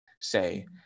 say